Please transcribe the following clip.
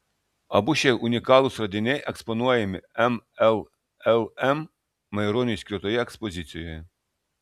abu šie unikalūs radiniai eksponuojami mllm maironiui skirtoje ekspozicijoje